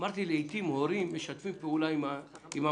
אמרתי: לעתים הורים משתפים פעולה עם המערכת